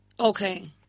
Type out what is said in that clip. Okay